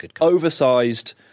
Oversized